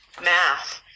math